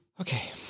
Okay